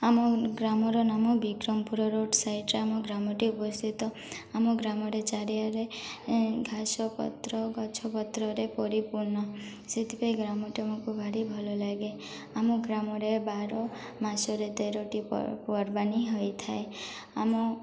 ଆମ ଗ୍ରାମର ନାମ ବିକ୍ରମପୁର ରୋଡ଼୍ ସାଇଡ଼୍ରେ ଆମ ଗ୍ରାମଟି ଉପସ୍ଥିତ ଆମ ଗ୍ରାମରେ ଚାରିଆରେ ଘାସ ପତ୍ର ଗଛ ପତ୍ରରେ ପରିପୂର୍ଣ୍ଣ ସେଥିପାଇଁ ଗ୍ରାମଟି ଆମକୁ ଭାରି ଭଲ ଲାଗେ ଆମ ଗ୍ରାମରେ ବାର ମାସରେ ତେରଟି ପର୍ବାନୀ ହୋଇଥାଏ ଆମ